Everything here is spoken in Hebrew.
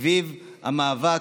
סביב המאבק.